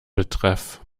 betreff